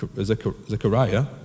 Zechariah